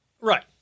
Right